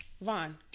Vaughn